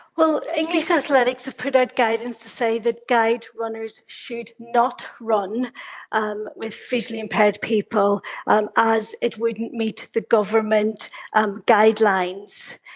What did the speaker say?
well english athletics have put out guidance to say that guide runners should not run um with visually impaired people um as it wouldn't meet the government um guidelines.